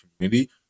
community